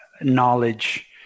Knowledge